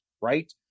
right